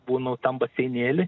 būnu tam baseinėly